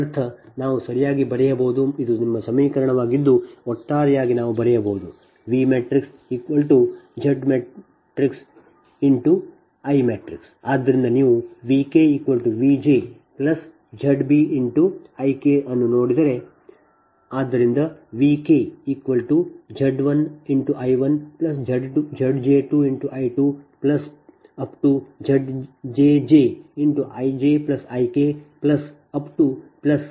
ಇದರರ್ಥ ನಾವು ಸರಿಯಾಗಿ ಬರೆಯಬಹುದು ಇದು ನಿಮ್ಮ ಈ ಸಮೀಕರಣವಾಗಿದ್ದು ಒಟ್ಟಾರೆಯಾಗಿ ನಾವು ಬರೆಯಬಹುದು V1 V2 Vn Vk ZBUSOLD Z1j Zj1 Zj2 Znj ZjjZb I1 I2 In Ik ಆದ್ದರಿಂದ ನೀವು V k V j Z b I k ಅನ್ನು ನೋಡಿದರೆ